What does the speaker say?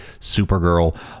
Supergirl